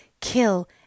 kill